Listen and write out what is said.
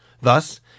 Thus